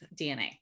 DNA